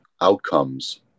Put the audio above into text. outcomes